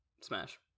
smash